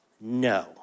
no